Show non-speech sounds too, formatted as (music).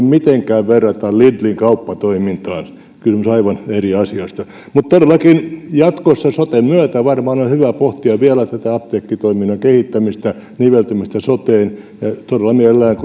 (unintelligible) mitenkään verrata lidlin kauppatoimintaan kysymys on aivan eri asiasta mutta todellakin jatkossa soten myötä varmaan on hyvä pohtia vielä tätä apteekkitoiminnan kehittämistä niveltymistä soteen todella mielellään kuten edustaja wallinheimo sanoi